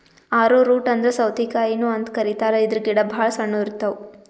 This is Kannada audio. ಆರೊ ರೂಟ್ ಅಂದ್ರ ಸೌತಿಕಾಯಿನು ಅಂತ್ ಕರಿತಾರ್ ಇದ್ರ್ ಗಿಡ ಭಾಳ್ ಸಣ್ಣು ಇರ್ತವ್